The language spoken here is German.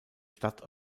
stadt